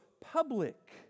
public